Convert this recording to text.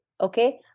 okay